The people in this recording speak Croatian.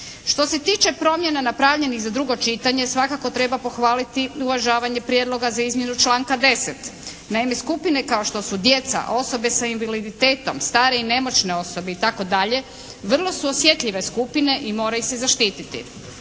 Što se tiče promjena napravljenih za drugo čitanje svakako treba pohvaliti uvažanje prijedloga za izmjenu članka 10. Naime, skupine kao što su djeca, osobe sa invaliditetom, stare i nemoćne osobe itd. vrlo su osjetljive skupine i moraju se zaštititi.